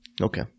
Okay